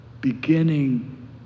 beginning